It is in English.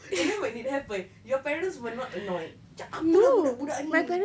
and then when it happened your parents were not annoyed macam apa lah budak-budak ni